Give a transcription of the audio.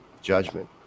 judgment